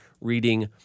reading